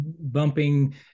bumping